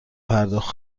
پرداخت